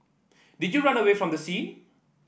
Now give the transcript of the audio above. did you run away from the scene